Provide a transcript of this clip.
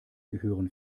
gehören